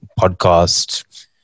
podcast